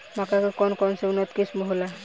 मक्का के कौन कौनसे उन्नत किस्म होला?